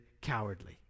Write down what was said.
cowardly